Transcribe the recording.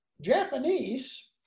Japanese